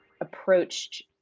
approached